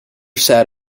sat